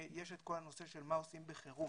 יש את כל הנושא של מה עושים בחירום,